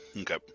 Okay